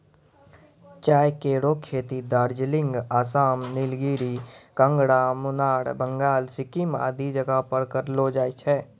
चाय केरो खेती दार्जिलिंग, आसाम, नीलगिरी, कांगड़ा, मुनार, बंगाल, सिक्किम आदि जगह पर करलो जाय छै